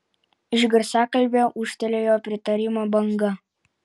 iš garsiakalbio ūžtelėjo pritarimo banga